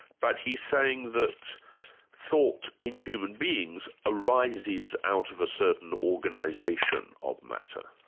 but he's saying that thought in human beings arises out of a certain organisation of matter?